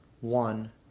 One